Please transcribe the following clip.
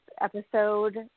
episode